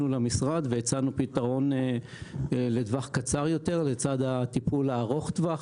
למשרד והצענו פתרון לטווח קצר יותר לצד הטיפול ארוך הטווח